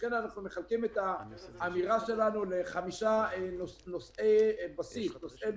לכן אנחנו מחלקים את האמירה שלנו לחמישה נושאי ליבה: